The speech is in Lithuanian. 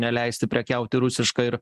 neleisti prekiauti rusiška ir